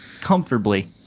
comfortably